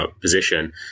position